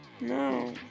No